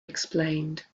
explained